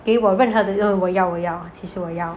给我任何 little 我要我要其实我要